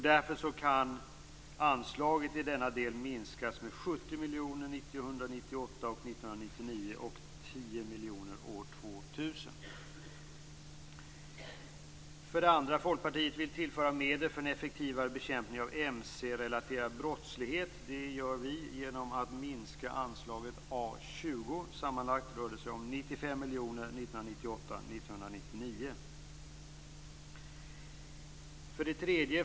Därför kan anslaget i denna del minskas med 70 miljoner 1998 och 1999 och med 10 miljoner år 2000. Folkpartiet vill tillföra medel för en effektivare bekämpning av mc-relaterad brottslighet. Det gör vi genom att minska anslaget A 20. Sammanlagt rör det sig om 95 miljoner 1998-1999.